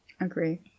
Agree